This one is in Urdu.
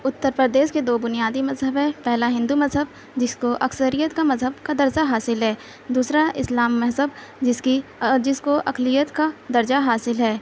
اتر پردیش کے دو بنیادی مذہب ہے پہلا ہندو مذہب جس کو اکثریت کا مذہب کا درجہ حاصل ہے دوسرا اسلام مذہب جس کی جس کو اقلیت کا درجہ حاصل ہے